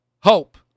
Hope